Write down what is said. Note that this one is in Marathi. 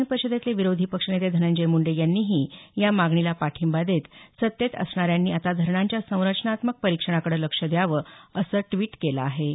विधान परिषदेतले विरोधी पक्षनेते धनंजय मुंडे यांनीही या मागणीला पाठिंबा देत सत्तेत असणाऱ्यांनी आता धरणांच्या संरचनात्मक परीक्षणाकडे लक्ष द्यावं असं ट्वीट केलं आहे